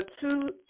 two